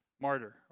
Martyr